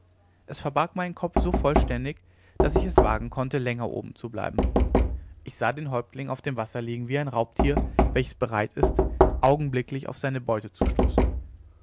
es verbarg meinen kopf so vollständig daß ich es wagen konnte länger oben zu bleiben ich sah den häuptling auf dem wasser liegen wie ein raubtier welches bereit ist augenblicklich auf seine beute zu stoßen